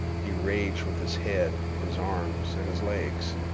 he raged with his head, his arms, and his legs.